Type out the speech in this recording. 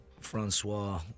Francois